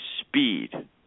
speed